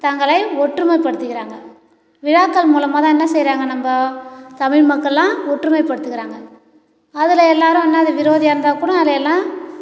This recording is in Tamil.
தங்களை ஒற்றுமைப்படுத்திருக்காங்க விழாக்கள் மூலமாக தான் என்ன செய்கிறாங்க நம்ம தமிழ் மக்களெலாம் ஒற்றுமைப்படுத்துகிறாங்க அதில் எல்லோரும் என்னாது விரோதியாக இருந்தாக்கூட அதெயெல்லா